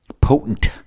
potent